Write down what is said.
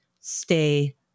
stay